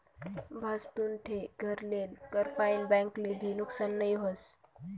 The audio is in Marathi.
भाजतुन ठे घर लेल कर फाईन बैंक ले भी नुकसान नई व्हस